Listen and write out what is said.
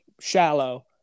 shallow